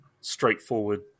straightforward